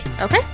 Okay